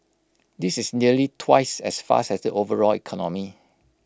this is nearly twice as fast as the overall economy